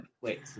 wait